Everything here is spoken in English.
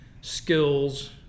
skills